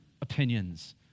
opinions